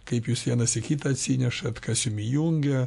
kaip jūs vienas į kitą atsinešat kas jum įjungia